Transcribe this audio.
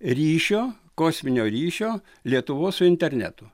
ryšio kosminio ryšio lietuvos su internetu